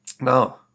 No